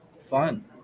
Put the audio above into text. fun